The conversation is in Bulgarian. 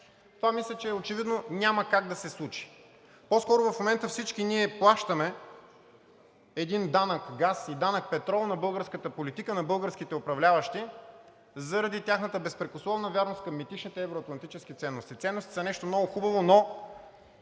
Това мисля, че очевидно няма как да се случи. По-скоро в момента всички ние плащаме един данък газ и данък петрол на българската политика, на българските управляващи заради тяхната безпрекословна вярност към митичните евро-атлантически ценности. Ценностите са нещо много хубаво, но